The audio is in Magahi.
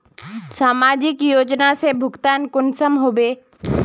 समाजिक योजना से भुगतान कुंसम होबे?